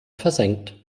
versenkt